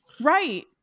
Right